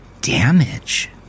damage